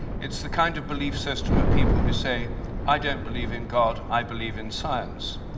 it's the kind of belief system of people who say i don't believe in god, i believe in science.